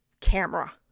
camera